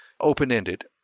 open-ended